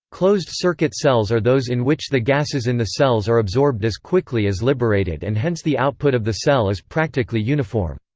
closed circuit cells are those in which the gases in the cells are absorbed as quickly as liberated and hence the output of the cell is practically uniform.